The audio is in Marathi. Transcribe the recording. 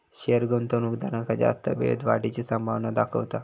शेयर गुंतवणूकदारांका जास्त वेळेत वाढीची संभावना दाखवता